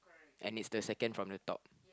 and it's the second from the top